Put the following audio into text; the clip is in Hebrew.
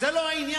זה לא העניין.